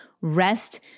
Rest